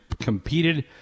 competed